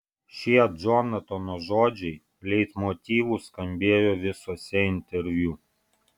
šie džonatano žodžiai leitmotyvu skambėjo visuose interviu